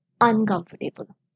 uncomfortable